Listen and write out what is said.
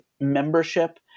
membership